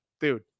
Dude